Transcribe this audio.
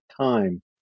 time